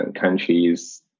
countries